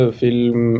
film